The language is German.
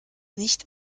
nicht